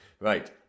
Right